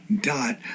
dot